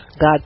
God